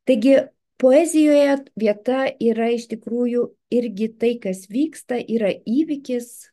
taigi poezijoje vieta yra iš tikrųjų irgi tai kas vyksta yra įvykis